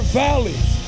valleys